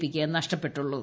P ക്ക് നഷ്ടപ്പെട്ടുള്ളൂ